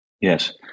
Yes